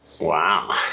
Wow